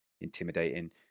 intimidating